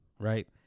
right